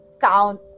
count